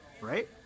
right